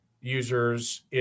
users